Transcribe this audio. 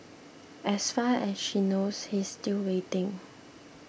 as far as she knows he's still waiting